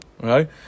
right